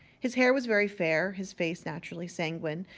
his hair was very fair, his face naturally sanguine,